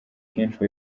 kenshi